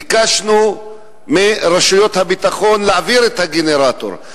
ביקשנו מרשויות הביטחון להעביר את הגנרטור,